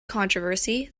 controversy